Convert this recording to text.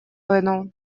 вынул